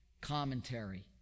commentary